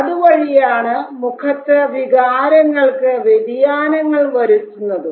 അതുവഴിയാണ് മുഖത്ത് വികാരങ്ങൾക്ക് വ്യതിയാനങ്ങൾ വരുത്തുന്നതും